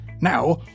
Now